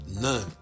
none